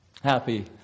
Happy